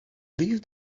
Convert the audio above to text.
leave